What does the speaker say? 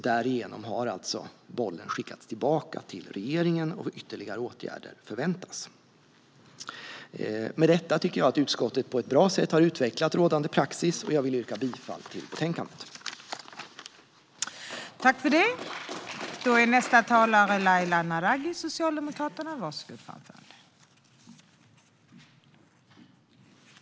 Därigenom har bollen skickats tillbaka till regeringen, och ytterligare åtgärder förväntas. Jag tycker att utskottet med detta har utvecklat rådande praxis och vill yrka bifall till utskottets förslag i betänkandet.